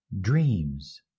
Dreams